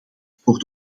voor